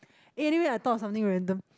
eh anyway I thought of something random